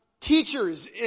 teachers